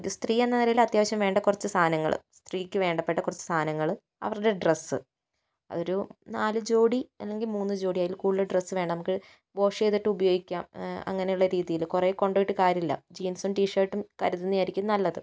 ഒരു സ്ത്രീ എന്ന നിലയില് അത്യാവശ്യം വേണ്ട കുറച്ച് സാധനങ്ങള് സ്ത്രീക്ക് വേണ്ടപ്പെട്ട കുറച്ച് സാധനങ്ങള് അവരുടെ ഡ്രസ്സ് അതൊരു നാല് ജോഡി അല്ലങ്കിൽ മൂന്ന് ജോഡി അതില് കൂടുതല് ഡ്രസ്സ് വേണ്ട നമുക്ക് വാഷ് ചെയ്തിട്ടു ഉപയോഗിക്കാം അങ്ങനെയുള്ള രീതീയിൽ കുറേ കൊണ്ട് പോയിട്ട് കാര്യമില്ല ജീൻസും ടി ഷർട്ടും കരുതുന്നതുതന്നെയായിരിക്കും നല്ലത്